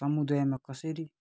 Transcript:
समुदायमा कसरी